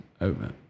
over